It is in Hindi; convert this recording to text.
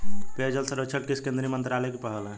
पेयजल सर्वेक्षण किस केंद्रीय मंत्रालय की पहल है?